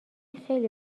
خیلی